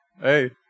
Hey